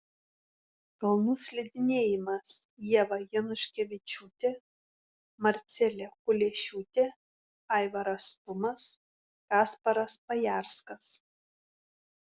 kalnų slidinėjimas ieva januškevičiūtė marcelė kuliešiūtė aivaras tumas kasparas pajarskas